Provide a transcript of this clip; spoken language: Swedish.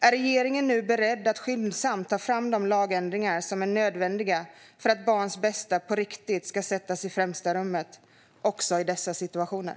Är regeringen nu beredd att skyndsamt ta fram de lagändringar som är nödvändiga för att barns bästa på riktigt ska sättas i främsta rummet också i dessa situationer?